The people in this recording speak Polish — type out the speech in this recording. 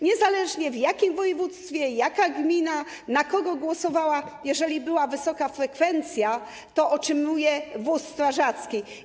Niezależnie od tego, w jakim województwie, jaka gmina, na kogo głosowała, jeżeli była wysoka frekwencja, to otrzymuje wóz strażacki.